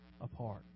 apart